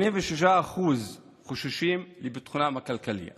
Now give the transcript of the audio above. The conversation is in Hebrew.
83% חוששים לביטחונם הכלכלי.